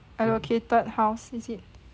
allocated house is it